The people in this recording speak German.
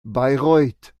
bayreuth